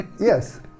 Yes